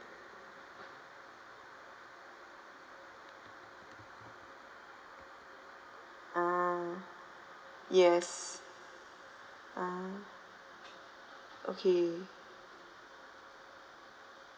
ah yes ah okay